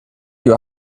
your